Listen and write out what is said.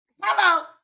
Hello